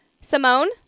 Simone